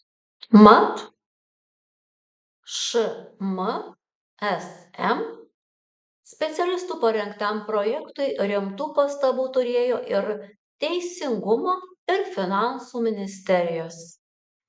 mat šmsm specialistų parengtam projektui rimtų pastabų turėjo ir teisingumo ir finansų ministerijos